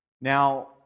Now